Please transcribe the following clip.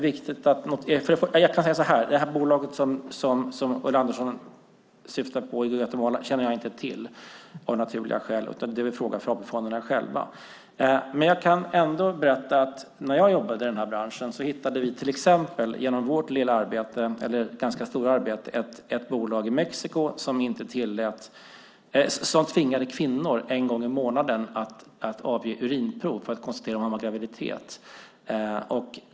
Det bolag som Ulla Andersson syftar på i Guatemala känner jag inte till, av naturliga skäl, utan det är väl en fråga för AP-fonderna själva. Men jag kan ändå berätta att när jag jobbade i den här branschen hittade vi till exempel genom vårt ganska stora arbete ett bolag i Mexiko som tvingade kvinnor att en gång i månaden lämna urinprov för att man skulle kunna konstatera eventuell graviditet.